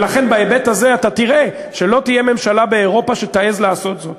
ולכן בהיבט הזה אתה תראה שלא תהיה ממשלה באירופה שתעז לעשות זאת.